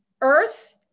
Earth